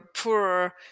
poorer